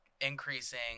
increasing